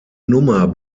nummer